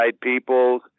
people